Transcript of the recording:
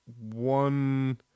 one